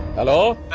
hello